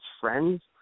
friends